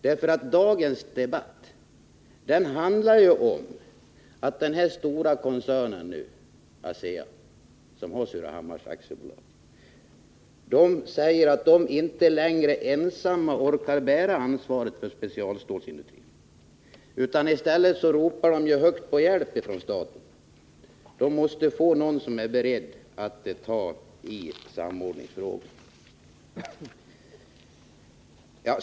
Dagens debatt handlar ju om att den stora koncern som äger Surahammars Bruks AB — ASEA -— säger sig inte längre ensam orka bära ansvaret för specialstålsindustrin, utan ropar högt på hjälp från staten för att få någon som är beredd att ta hand om samordningsfrågorna.